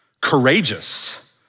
courageous